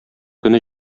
көне